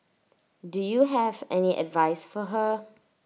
do you have any advice for her